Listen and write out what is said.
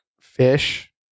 fish